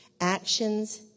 actions